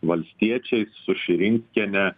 valstiečiais su širinskiene